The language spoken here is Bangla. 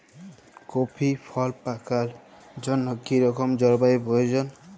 কফি ফল পাকার জন্য কী রকম জলবায়ু প্রয়োজন?